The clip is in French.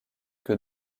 que